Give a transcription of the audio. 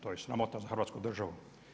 To je sramota za Hrvatsku državu.